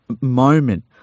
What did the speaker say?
moment